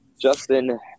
Justin